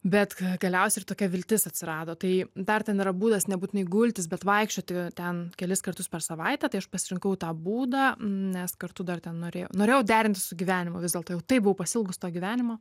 bet galiausiai ir tokia viltis atsirado tai dar ten yra būdas nebūtinai gultis bet vaikščioti ten kelis kartus per savaitę tai aš pasirinkau tą būdą nes kartu dar ten norėjau norėjau derinti su gyvenimu vis dėlto jau taip buvau pasiilgus to gyvenimo